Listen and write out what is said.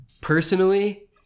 Personally